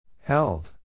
Held